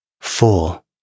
full